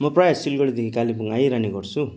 म प्राय सिलगढीदेखि कालेबुङ आइरहने गर्छु